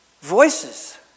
voices